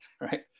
right